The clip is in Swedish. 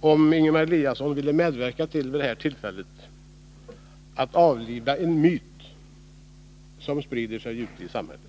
om Ingemar Eliasson vid det här tillfället ville medverka till att avliva en myt som sprider sig ute i samhället.